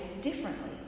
differently